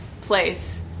place